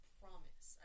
promise